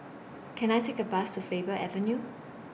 Can I Take A Bus to Faber Avenue